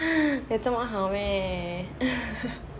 eh 有那么好 meh